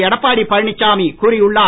எடப்பாடி பழனிசாமி கூறியுள்ளார்